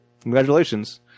Congratulations